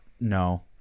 no